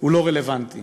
לא ריאלי ולא הגיוני,